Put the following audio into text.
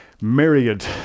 myriad